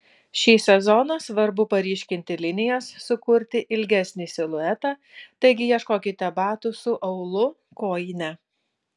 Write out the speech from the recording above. šį sezoną svarbu paryškinti linijas sukurti ilgesnį siluetą taigi ieškokite batų su aulu kojine